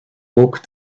woke